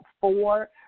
four